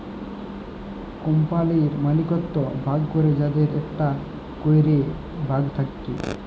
কম্পালির মালিকত্ব ভাগ ক্যরে যাদের একটা ক্যরে ভাগ থাক্যে